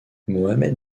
mohammed